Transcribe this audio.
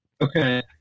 Okay